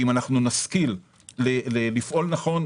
אם אנחנו נשכיל לפעול נכון,